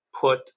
put